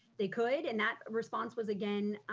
they could. and that response was again,